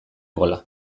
gola